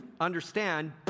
understand